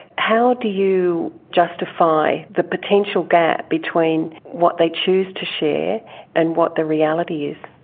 how do you justify the potential gap between what they choose to share and what the reality is?